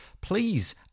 please